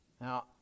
Now